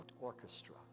orchestra